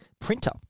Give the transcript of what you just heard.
printer